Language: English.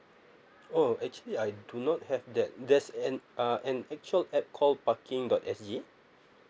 oh actually I do not have that there's an uh an actual app called parking dot S G